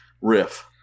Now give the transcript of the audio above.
riff